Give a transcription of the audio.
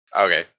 Okay